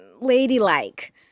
ladylike